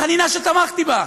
חנינה שתמכתי בה.